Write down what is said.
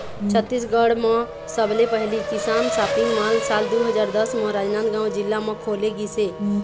छत्तीसगढ़ म सबले पहिली किसान सॉपिंग मॉल साल दू हजार दस म राजनांदगांव जिला म खोले गिस हे